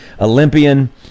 Olympian